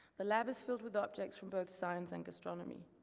the lab is filled with objects from both science and gastronomy.